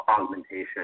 augmentation